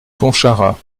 pontcharrat